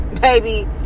baby